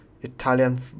italian